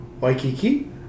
Waikiki